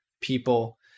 people